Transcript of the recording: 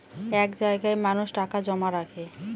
এক জায়গায় মানুষ টাকা জমা রাখে